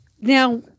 Now